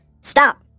Stop